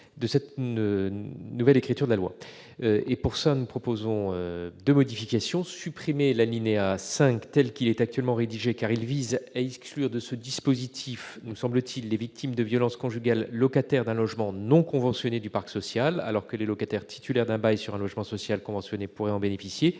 de cette nouvelle écriture de la loi. Ainsi, cet amendement vise à supprimer l'alinéa 6 tel qu'il est actuellement rédigé, car il tend à exclure de ce dispositif les victimes de violences conjugales locataires d'un logement non conventionné du parc social, alors que les locataires titulaires d'un bail dans un logement social conventionné pourraient en bénéficier.